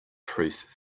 proof